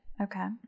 Okay